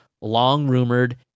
long-rumored